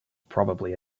probably